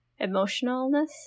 emotionalness